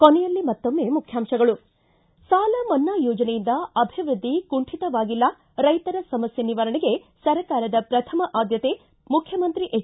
ಕೊನೆಯಲ್ಲಿ ಮತ್ತೊಮ್ಮೆ ಮುಖ್ಯಾಂಶಗಳು ಿ ಸಾಲ ಮನ್ನಾ ಯೋಜನೆಯಿಂದ ಅಭಿವೃದ್ದಿ ಕುಂಠಿತವಾಗಿಲ್ಲ ರೈತರ ಸಮಸ್ಥೆ ನಿವಾರಣೆಗೆ ಸರ್ಕಾರದ ಪ್ರಥಮ ಆದ್ದತೆ ಮುಖ್ಯಮಂತ್ರಿ ಎಚ್